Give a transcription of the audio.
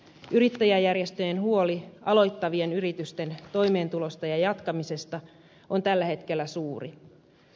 yrittäjäjärjestöjen huoli aloittavien yritysten toimeentulosta ja jatkamisesta on tällä hetkellä suuri